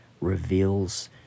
reveals